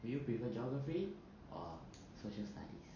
do you prefer geography or social studies